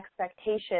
expectations